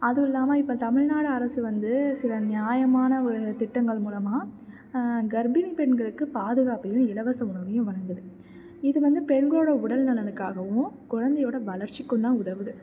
அதுவும் இல்லாமல் இப்போ தமிழ் நாடு அரசு வந்து சில நியாயமான ஒரு திட்டங்கள் மூலமாக கர்ப்பிணி பெண்களுக்குப் பாதுகாப்பையும் இலவச உணவையும் வழங்குது இது வந்து பெண்களோடய உடல் நலனுக்காகவும் குழந்தையோட வளர்ச்சிக்கும்தான் உதவுது